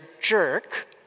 jerk